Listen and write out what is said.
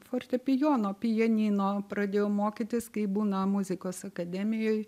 fortepijono pianino pradėjau mokytis kai būna muzikos akademijoj